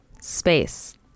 space